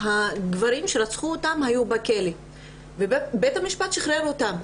הגברים שרצחו אותן היו בכלא ובית המשפט שחרר אותם.